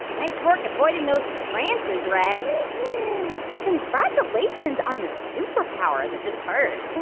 nice work avoiding those branches, reg and congratulations on the super powers. i just heard